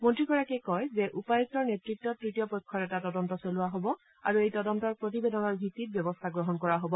মন্ত্ৰীগৰাকীয়ে কয় যে উপায়ুক্তৰ নেতৃত্বত তৃতীয় পক্ষৰ এটা তদন্ত চলোৱা হব আৰু এই তদন্তৰ প্ৰতিবেদনৰ ভিত্তিত ব্যৱস্থা গ্ৰহণ কৰা হব